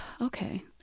Okay